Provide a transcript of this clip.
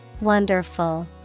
Wonderful